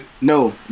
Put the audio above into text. No